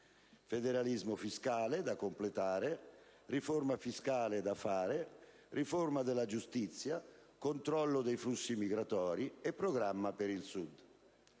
federalismo fiscale (da completare), riforma fiscale (da fare), riforma della giustizia, controllo dei flussi migratori e programma per il Sud.